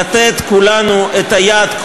לתת כולנו את היד,